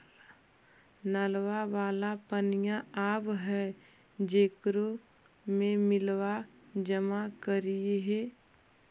नलवा वाला पनिया आव है जेकरो मे बिलवा जमा करहिऐ?